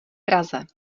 praze